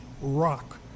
rock